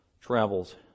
travels